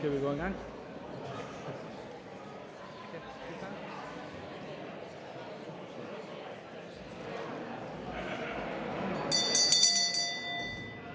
Hvor er det